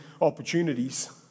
opportunities